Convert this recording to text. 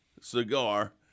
cigar